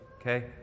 Okay